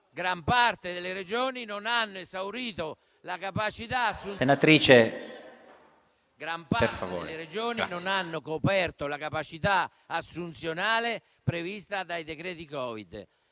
gran parte delle Regioni non ha esaurito la capacità assunzionale prevista dai decreti Covid.